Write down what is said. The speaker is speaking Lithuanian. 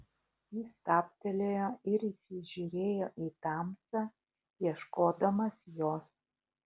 jis stabtelėjo ir įsižiūrėjo į tamsą ieškodamas jos